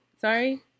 Sorry